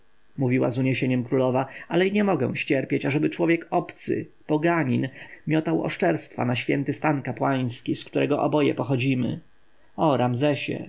mówiła z uniesieniem królowa ale nie mogę ścierpieć ażeby człowiek obcy poganin miotał oszczerstwa na święty stan kapłański z którego oboje pochodzimy o ramzesie zawołała